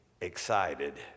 excited